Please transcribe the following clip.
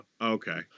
Okay